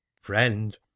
friend